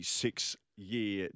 six-year